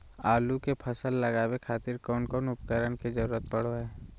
आलू के फसल लगावे खातिर कौन कौन उपकरण के जरूरत पढ़ो हाय?